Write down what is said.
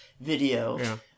video